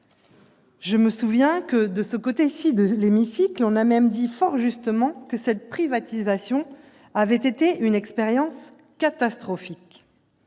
Je me souviens que, du côté droit de l'hémicycle, on a même fort justement affirmé que cette privatisation avait été une expérience « catastrophique